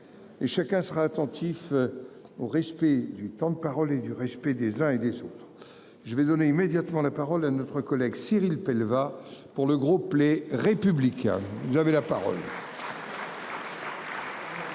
Et chacun sera attentif. Au respect du temps de parole et du respect des uns et des autres. Je vais donner immédiatement la parole à notre collègue Cyrille va pour le groupe Les Républicains, vous avez la parole. Monsieur